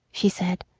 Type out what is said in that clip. she said,